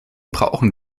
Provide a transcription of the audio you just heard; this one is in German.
brauchen